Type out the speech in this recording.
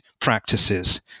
practices